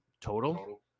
total